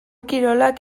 kirolak